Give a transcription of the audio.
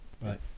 Right